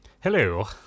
Hello